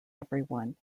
everyone